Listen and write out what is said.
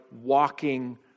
walking